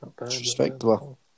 Respectable